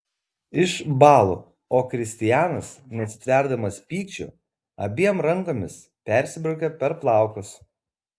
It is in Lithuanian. išbąlu o kristianas nesitverdamas pykčiu abiem rankomis persibraukia per plaukus